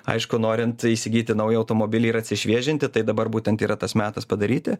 aišku norint įsigyti naują automobilį ir atsišviežinti tai dabar būtent yra tas metas padaryti